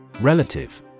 Relative